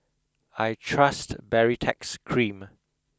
I trust Baritex cream